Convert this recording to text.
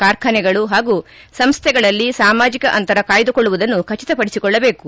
ಕಾರ್ಖಾನೆಗಳು ಹಾಗೂ ಸಂಸ್ಥೆಗಳಲ್ಲಿ ಸಾಮಾಜಿಕ ಅಂತರ ಕಾಯ್ದುಕೊಳ್ಳುವುದನ್ನು ಖಚಿತಪಡಿಸಿಕೊಳ್ಳಬೇಕು